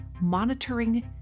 monitoring